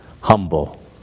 humble